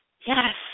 Yes